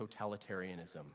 totalitarianism